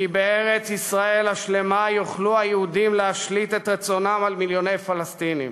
בארץ-ישראל השלמה יוכלו היהודים להשליט את רצונם על מיליוני פלסטינים.